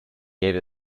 gave